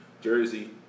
Jersey